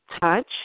touch